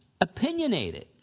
opinionated